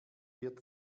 wird